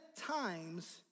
times